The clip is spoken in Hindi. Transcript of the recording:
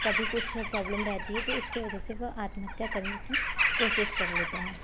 कभी कुछ प्रॉब्लम रहती है तो इसकी वजह से वह आत्महत्या करने की कोशिश कर लेते हैं